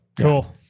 cool